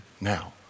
Now